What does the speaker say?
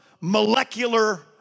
molecular